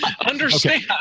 understand